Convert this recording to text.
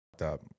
up